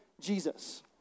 Jesus